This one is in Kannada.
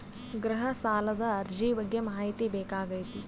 ಗೃಹ ಸಾಲದ ಅರ್ಜಿ ಬಗ್ಗೆ ಮಾಹಿತಿ ಬೇಕಾಗೈತಿ?